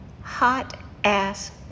hot-ass